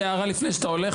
עוד הערה לפני שאתה הולך,